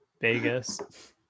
Vegas